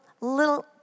little